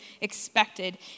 expected